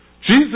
Jesus